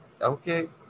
Okay